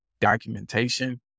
documentation